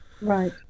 Right